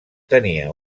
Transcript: tenia